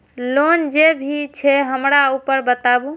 Loan जे भी छे हमरा ऊपर बताबू?